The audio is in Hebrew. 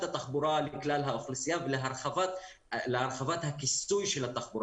התחבורה לכלל האוכלוסייה ולהרחבת הכיסוי של התחבורה,